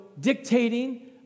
dictating